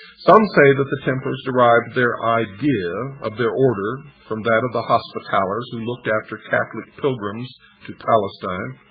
some say that the templars derived their idea of their order from that of the hospitallars, who looked after catholic pilgrims to palestine